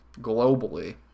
globally